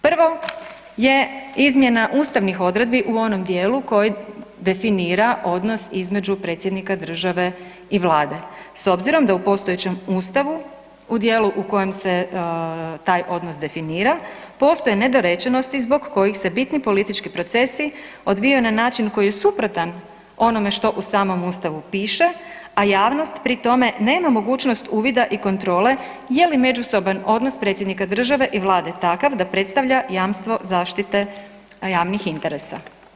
Prvo je izmjena ustavnih odredbi u onom djelu koji definira odnos između Predsjednika države i Vlade s obzirom da u postojećem Ustavu u djelu u kojem se taj odnos definira, postoji nedorečenosti zbog kojih se bitni politički procesi odvijaju na način koji je suprotan onome što u samome ustavu piše a javnost pri tome nema mogućnost uvida i kontrole je li međusoban odnos Predsjednika države i Vlade je takav da predstavlja jamstvo zaštite javnih interesa.